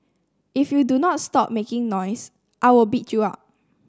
if you do not stop making noise I will beat you up